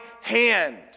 hand